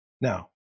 Now